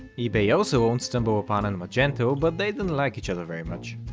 ebay also on stumbleupon and magento, but they didn't like each other very much.